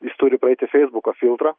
jis turi praeiti feisbuko filtrą